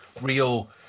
real